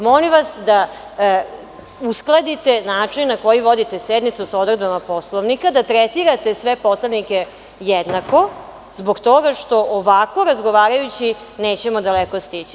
Molim vas da uskladite način na koji vodite sednicu sa odredbama Poslovnika, da tretirate sve poslanike jednako zbog toga što ovako, razgovarajući, nećemo daleko stići.